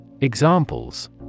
Examples